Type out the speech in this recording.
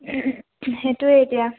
সেইটোৱে এতিয়া